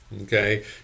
Okay